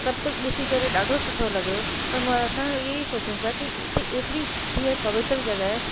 सभु कुझु ॾिसी करे ॾाढो सुठो लॻियो पर मां असां इहे ई सोचियो पिया की इते एतिरी सुठी ऐं पवित्र जॻहि